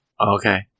Okay